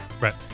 Right